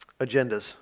agendas